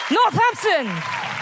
Northampton